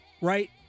right